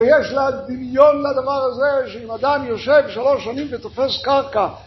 ויש לה דמיון לדבר הזה שאם אדם יושב שלוש שנים ותופס קרקע